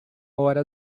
hora